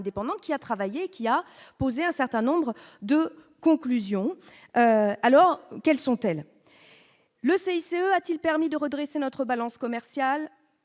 qui a travaillé, qui a posé un certain nombre de conclusions alors quelles sont-elles, le CICR a-t-il permis de redresser notre balance commerciale,